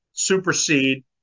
Supersede